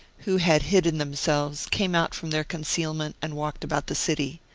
who had hidden themselves, came out from their conceal ment and walked about the city.